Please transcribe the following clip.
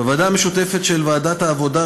בוועדה המשותפת של ועדת העבודה,